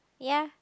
ya